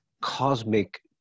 cosmic